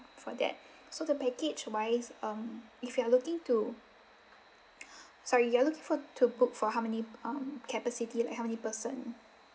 for that so the package wise um if you are looking to sorry you are looking for to book for how many um capacity like how many person